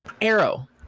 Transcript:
Arrow